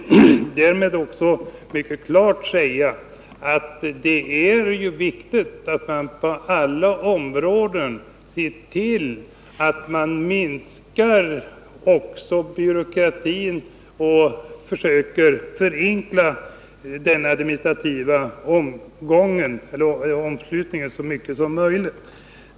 Jag vill också mycket klart säga, att det är viktigt att man ser till att på alla områden försöka minska byråkratiseringen och förenkla den administrativa omslutningen så mycket som möjligt.